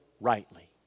rightly